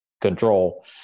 control